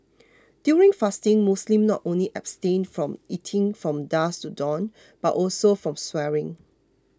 during fasting Muslims not only abstain from eating from dusk to dawn but also from swearing